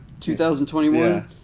2021